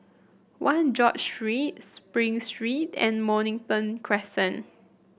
One George Street Spring Street and Mornington Crescent